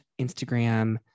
Instagram